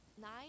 Nine